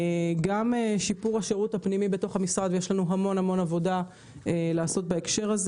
יש לנו המון עבודה לעשות בכל הקשור בשירות